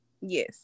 yes